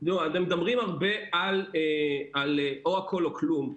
אתם מדברים הרבה על או הכל או כלום.